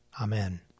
Amen